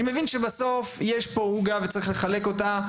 אני מבין שבסוף יש עוגה וצריך לחלק אותה,